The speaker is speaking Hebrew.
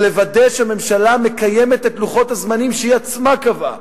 לוודא שהממשלה מקיימת את לוחות הזמנים שהיא עצמה קבעה